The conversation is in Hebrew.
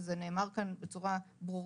וזה נאמר כאן בצורה ברורה,